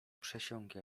przesiąkł